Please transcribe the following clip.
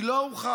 היא לא ערוכה.